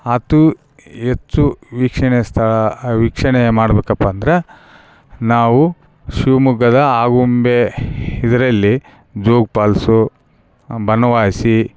ಆತು ಹೆಚ್ಚು ವೀಕ್ಷಣೆ ಸ್ಥಳ ವೀಕ್ಷಣೆ ಮಾಡಬೇಕಪ್ಪ ಅಂದರೆ ನಾವು ಶಿವಮೊಗ್ಗದ ಆಗುಂಬೆ ಇದರಲ್ಲಿ ಜೋಗ್ ಪಾಲ್ಸು ಬನವಾಸಿ